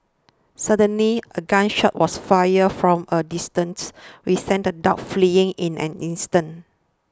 suddenly a gun shot was fired from a distance which sent the dogs fleeing in an instant